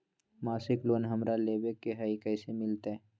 मासिक लोन हमरा लेवे के हई कैसे मिलत?